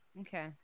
Okay